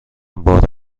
بار